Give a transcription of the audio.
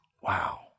Wow